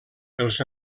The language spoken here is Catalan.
els